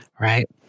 Right